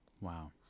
Wow